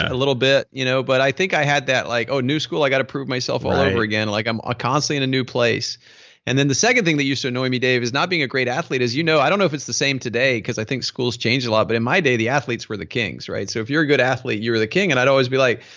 a little bit. you know but i think i had that like, oh, new school, i got to prove myself all over again. like i'm ah constantly in a new place and then the second thing that used to annoy me dave is not being a great athlete is you know, i don't know if it's the same today because i think schools change a lot but in my day the athletes were the kings. so if were a good athlete you were the king and i'd always be like,